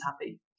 happy